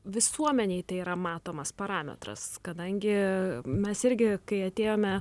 visuomenėj tai yra matomas parametras kadangi mes irgi kai atėjome